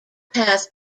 path